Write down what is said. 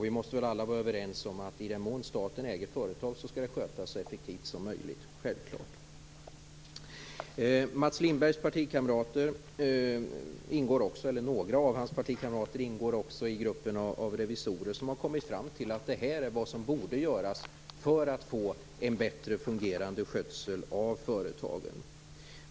Vi måste väl alla vara överens att i den mån staten äger företag skall de skötas så effektivt som möjligt. Några av Mats Lindbergs partikamrater ingår i gruppen av revisorer som har kommit fram till att det här är vad som borde göras för att få en bättre fungerande skötsel av företagen.